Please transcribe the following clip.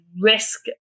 risk